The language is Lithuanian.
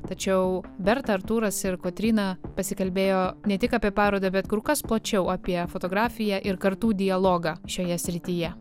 tačiau berta artūras ir kotryna pasikalbėjo ne tik apie parodą bet kur kas plačiau apie fotografiją ir kartų dialogą šioje srityje